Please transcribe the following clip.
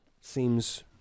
seems